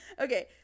Okay